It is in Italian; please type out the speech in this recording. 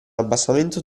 abbassamento